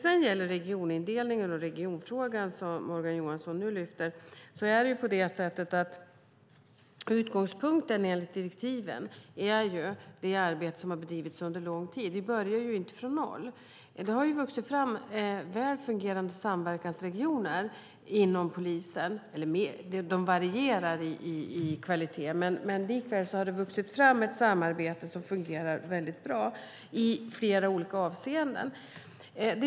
Vad gäller regionfrågan och regionindelningen som Morgan Johansson lyfter fram är utgångspunkten enligt direktiven det arbete som bedrivits under lång tid. Vi börjar inte från noll. Det har vuxit fram samverkansregioner inom polisen. De varierar i kvalitet, men det har ändå vuxit fram ett samarbete som fungerar bra i flera olika avseenden.